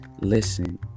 Listen